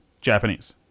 Japanese